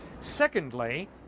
Secondly